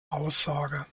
aussage